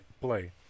play